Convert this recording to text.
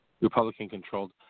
Republican-controlled